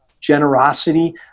generosity